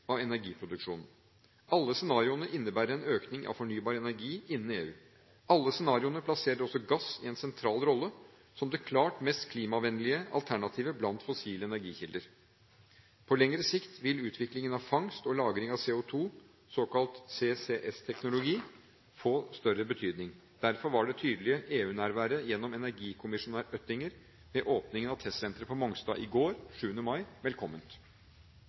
Alle scenarioene innebærer en økning i fornybar energi innen EU. Alle scenarioene plasserer også gass i en sentral rolle som det klart mest klimavennlige alternativet blant fossile energikilder. På lengre sikt vil utviklingen av fangst og lagring av CO2, såkalt CCS-teknologi, få større betydning. Derfor var det tydelige EU-nærværet gjennom energikommisjonær Oettinger ved åpningen av testsenteret på Mongstad i går, 7. mai, velkomment.